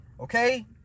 Okay